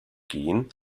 gehen